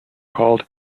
called